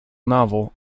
novel